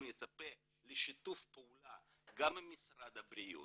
מצפה לשיתוף פעולה גם עם משרד הבריאות